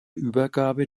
übergabe